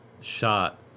shot